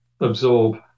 absorb